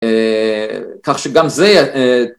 כך שגם זה